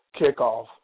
kickoff